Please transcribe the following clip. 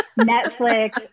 Netflix